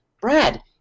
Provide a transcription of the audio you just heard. Brad